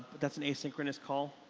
that's an asynchronous call.